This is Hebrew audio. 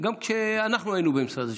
גם כשאנחנו היינו במשרד השיכון,